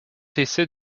essai